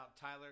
Tyler